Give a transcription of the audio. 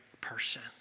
person